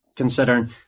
considering